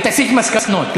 היא תסיק מסקנות.